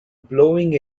blowing